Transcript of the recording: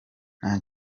nta